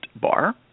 bar